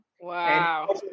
Wow